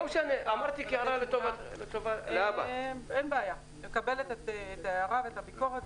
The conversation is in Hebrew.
אין בעיה, מקבלת את ההערה ואת הביקורת.